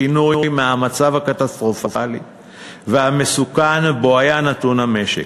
שינוי המצב הקטסטרופלי והמסוכן שבו היה נתון המשק.